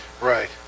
right